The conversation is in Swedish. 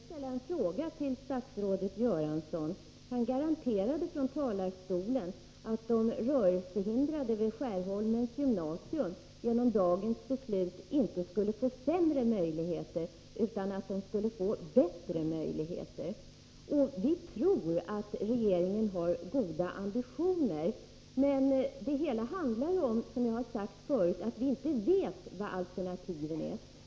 Herr talman! Jag vill ställa en fråga till statsrådet Göransson. Han garanterade från talarstolen att de rörelsehindrade vid Skärholmens gymnasium genom dagens beslut inte skulle få sämre möjligheter, utan att de skulle få bättre möjligheter. Vi tror att regeringen har goda ambitioner, men det hela handlar ju om, som jag har sagt förut, att vi inte känner till vilka alternativen är.